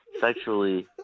sexually